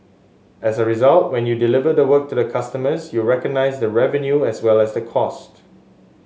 as a result when you deliver the work to the customers you recognise the revenue as well as the cost